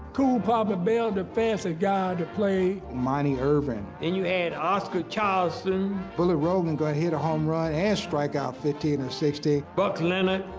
cool papa bell the fastest guy to play. monte irvin. then and you add oscar charleston. bullet rogan gonna hit a home run and strike out fifteen or sixteen. buck leonard.